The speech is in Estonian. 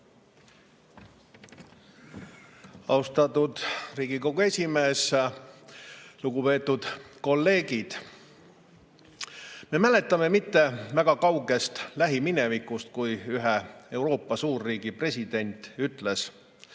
Austatud Riigikogu esimees! Lugupeetud kolleegid! Me mäletame mitte väga kaugest lähiminevikust, kui ühe Euroopa suurriigi president ütles,